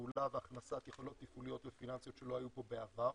הפעולה והכנסת יכולות תפעוליות ופיננסיות שלא היו בעבר.